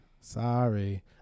Sorry